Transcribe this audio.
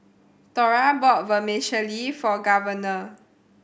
Thora bought Vermicelli for Governor